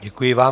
Děkuji vám.